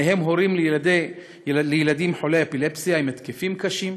ובהם הורים לילדים חולי אפילפסיה עם התקפים קשים.